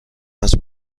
است